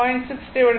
6 0